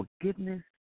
forgiveness